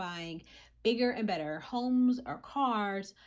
buying bigger and better homes or cars,